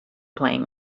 playing